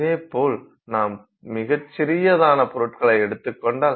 இதேபோல் நாம் மிகச் சிறியதான பொருட்களை எடுத்துக்கொண்டால்